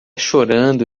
chorando